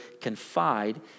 confide